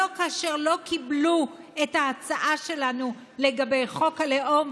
לא כאשר לא קיבלו את ההצעה שלנו לגבי חוק הלאום,